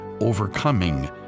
overcoming